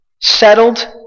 settled